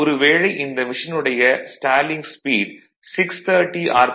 ஒரு வேளை இந்த மெஷினுடைய ஸ்டாலிங் ஸ்பீட் 630 ஆர்